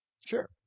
Sure